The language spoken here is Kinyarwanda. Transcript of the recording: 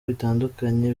bitandukanye